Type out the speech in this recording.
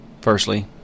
Firstly